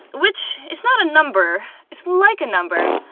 which is not a number. it's like a number.